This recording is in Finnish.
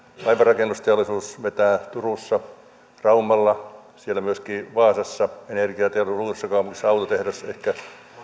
laivanrakennusteollisuus vetää turussa raumalla myöskin vaasassa energiateollisuus uudessakaupungissa autotehdas ehkä